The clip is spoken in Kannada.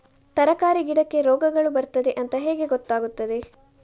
ತರಕಾರಿ ಗಿಡಕ್ಕೆ ರೋಗಗಳು ಬರ್ತದೆ ಅಂತ ಹೇಗೆ ಗೊತ್ತಾಗುತ್ತದೆ?